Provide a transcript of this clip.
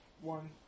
One